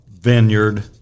vineyard